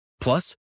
Plus